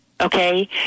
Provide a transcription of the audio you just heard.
okay